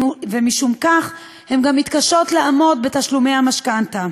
ומשום כך הן גם מתקשות לעמוד בתשלומי המשכנתה.